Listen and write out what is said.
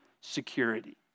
security